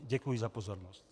Děkuji za pozornost.